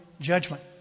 judgment